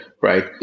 right